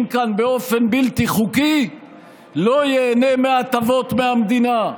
כאן באופן בלתי חוקי לא ייהנה מהטבות מהמדינה.